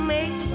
Make